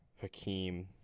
Hakeem